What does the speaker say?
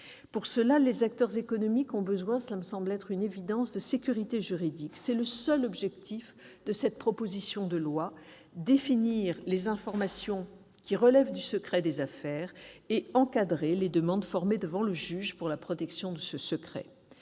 Pour cela, les acteurs économiques ont à l'évidence besoin de sécurité juridique. C'est le seul objectif de cette proposition de loi : définir les informations qui relèvent du secret des affaires et encadrer les demandes formées devant le juge pour la protection de ce secret.